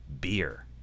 beer